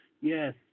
Yes